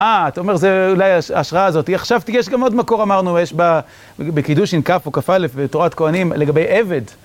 אה, אתה אומר זה אולי השראה הזאת. חשבתי, יש גם עוד מקור אמרנו, יש בקידוש אין כ' או כ"א בתורת כהנים לגבי עבד.